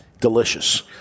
delicious